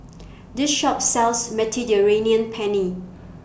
This Shop sells Mediterranean Penne